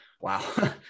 Wow